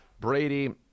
Brady